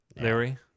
Larry